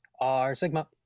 R-Sigma